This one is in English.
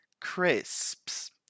Crisps